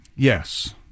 Yes